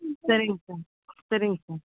சரிங்க சார் சரிங்க சார்